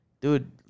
dude